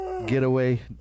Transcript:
Getaway